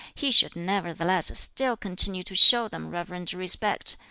he should nevertheless still continue to show them reverent respect,